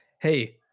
Hey